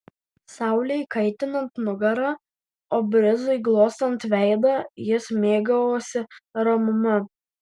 saulei kaitinant nugarą o brizui glostant veidą jis mėgavosi ramuma